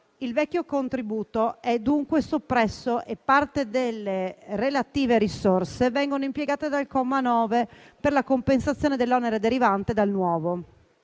Il vecchio contributo è dunque soppresso e parte delle relative risorse vengono impiegate dal comma 9 per la compensazione dell'onere derivante dal nuovo